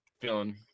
feeling